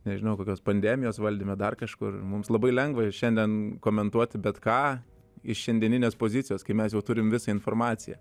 nežinau kokios pandemijos valdyme dar kažkur mums labai lengva ir šiandien komentuoti bet ką iš šiandieninės pozicijos kai mes jau turim visą informaciją